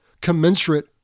commensurate